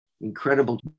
incredible